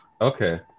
Okay